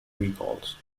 recalls